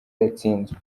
yatsinzwe